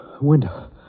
Window